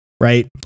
right